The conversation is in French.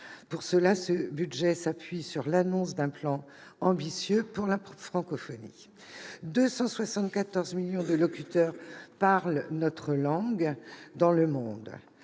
Pour cela, ce budget s'appuie sur l'annonce d'un plan ambitieux pour la francophonie. En effet, 274 millions de locuteurs parlent notre langue dans le monde.